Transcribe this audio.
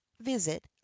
visit